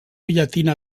llatina